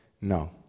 no